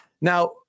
Now